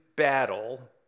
Battle